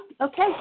Okay